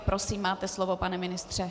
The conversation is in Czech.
Prosím, máte slovo, pane ministře.